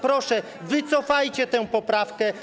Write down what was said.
Proszę, wycofajcie tę poprawkę.